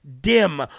dim